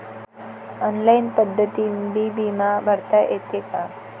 Online पद्धतीनं बी बिमा भरता येते का?